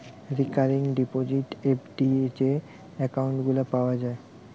recurring deposit, FD যে account গুলা পাওয়া যায়